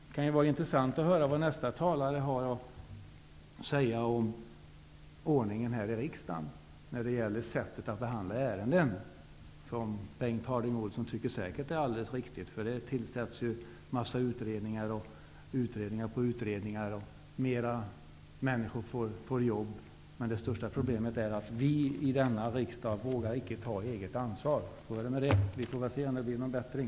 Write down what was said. Det kan vara intressant att få höra vad nästa talare har att säga om ordningen här i riksdagen och om sättet att behandla ärenden. Bengt Harding Olson tycker säkert att ordningen är alldeles riktig, eftersom det tillsätts utredningar på utredningar och fler människor därigenom får jobb. Men det största problemet är att vi i denna riksdag icke vågar ta eget ansvar. Så är det med det. Vi får väl se om det blir någon bättring.